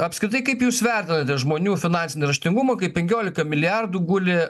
apskritai kaip jūs vertinate žmonių finansinį raštingumą kaip penkiolika milijardų guli